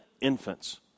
infants